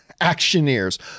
actioneers